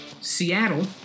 Seattle